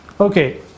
Okay